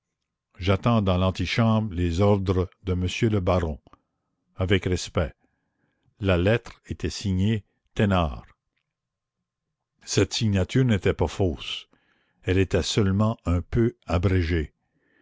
j'atends dans l'antichambre les ordres de monsieur le baron avec respect la lettre était signée thénard cette signature n'était pas fausse elle était seulement un peu abrégée